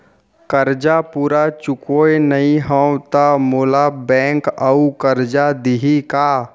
करजा पूरा चुकोय नई हव त मोला बैंक अऊ करजा दिही का?